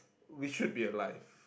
we should be alive